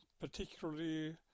particularly